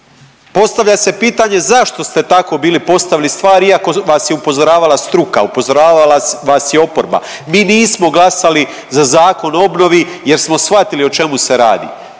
Postavlja se pitanje zašto ste tako bili postavili stvar iako vas je upozoravala struka, upozoravala vas je oporba. Mi nismo glasali za Zakon o obnovi jer smo shvatili o čemu se radi.